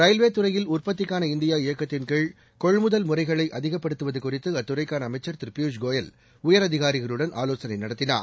railway துறையில் உற்பத்திக்கான India இயக்கத்தின்கீழ் கொள்முதல் முறைகளை அதிகப்படுத்துவது குறித்து அத்துறைக்கான அமைச்சர் திரு பிபூஷ் கோயல் உயரதிகாரிகளுடன் ஆலோசனை நடத்தினார்